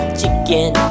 chicken